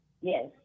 Yes